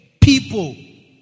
people